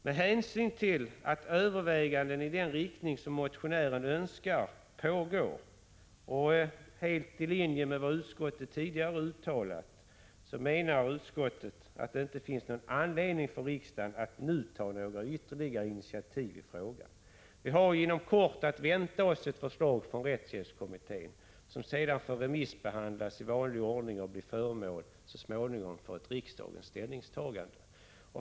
Med hänsyn till att överväganden pågår i den riktning som motionären önskar och helt i linje med vad utskottet tidigare uttalat, menar utskottet att det inte finns någon anledning för riksdagen att nu ta några ytterligare initiativ i frågan. Vi har inom kort att vänta oss ett förslag från rättshjälpskommittén, som sedan får remissbehandlas i vanlig ordning och så småningom bli förmål för ett riksdagens ställningstagande.